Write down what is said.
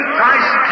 Christ